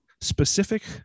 specific